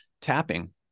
tapping